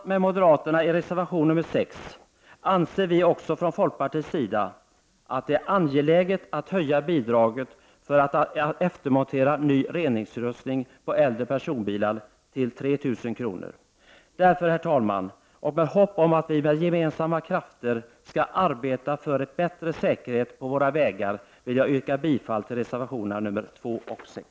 Liksom moderaterna bakom reservation 6 anser vi folkpartister att det är angeläget att höja bidraget för eftermontering av ny reningsutrustning på äldre personbilar till 3 000 kr. Herr talman! Därför, och med hopp om att vi med gemensamma krafter skall arbeta för bättre säkerhet på våra vägar, vill jag yrka bifall till reservationerna 2 och 6.